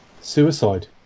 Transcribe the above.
Suicide